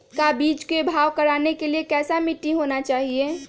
का बीज को भाव करने के लिए कैसा मिट्टी होना चाहिए?